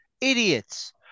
idiots